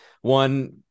one